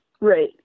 Right